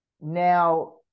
Now